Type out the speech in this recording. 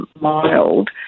mild